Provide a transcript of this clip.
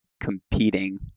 competing